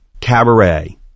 Cabaret